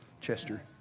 Chester